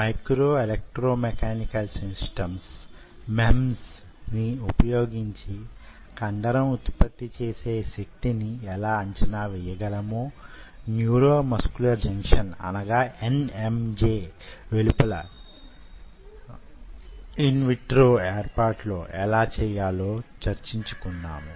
micro electro mechanical systems ని ఉపయోగించి కండరం ఉత్పత్తి చేసే శక్తిని ఎలా అంచనా వెయ్యగలమో న్యూరోమస్క్యులర్ జంక్షన్ ని వెలుపల ఇన్ విట్రో ఏర్పాటులో ఎలా చేయాలో చర్చించుకున్నాము